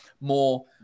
more